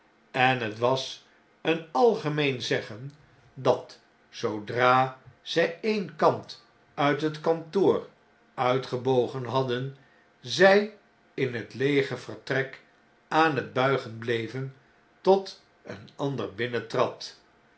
en het was een algemeen zeggen dat zoodra zy een klantuithetkantooruitgebogenhadden zjj in het leege vertrek aan het buigen bleven tot een ander